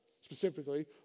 specifically